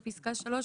בפסקה 3,